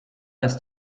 ist